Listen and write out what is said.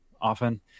often